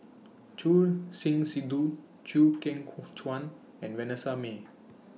Choor Singh Sidhu Chew Kheng Chuan and Vanessa Mae